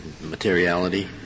Materiality